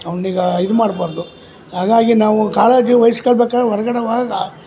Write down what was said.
ಅವ್ನಿಗೆ ಇದು ಮಾಡಬಾರ್ದು ಹಾಗಾಗಿ ನಾವು ಕಾಳಜಿ ವಹಿಸ್ಕೊಳ್ಬೇಕಾದ್ರೆ ಹೊರ್ಗಡೆ ಹೋಗಲ್ಲ